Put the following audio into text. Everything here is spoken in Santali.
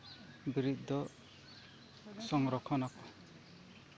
ᱵᱤᱨᱤᱫ ᱫᱚ ᱥᱚᱝᱨᱚᱠᱠᱷᱚ ᱱᱟᱠᱚ